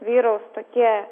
vyraus tokie